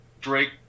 Drake